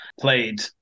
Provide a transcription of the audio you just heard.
played